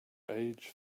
age